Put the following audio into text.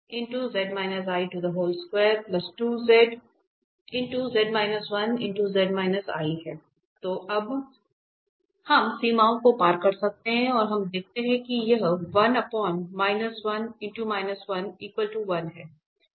तो अब हम सीमाओं को पार कर सकते हैं और हम देखते हैं कि यह है